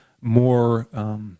more